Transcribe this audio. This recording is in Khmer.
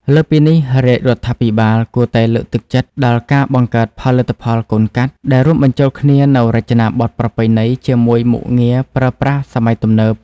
លើសពីនេះ រាជរដ្ឋាភិបាលគួរតែលើកទឹកចិត្តដល់ការបង្កើតផលិតផលកូនកាត់ ដែលរួមបញ្ចូលគ្នានូវរចនាបថប្រពៃណីជាមួយមុខងារប្រើប្រាស់សម័យទំនើប។